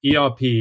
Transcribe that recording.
ERP